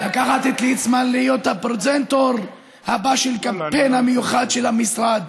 לקחת את ליצמן להיות הפרזנטור הבא של הקמפיין המיוחד של המשרד,